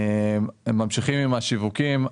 ממשיכים עם השיווקים.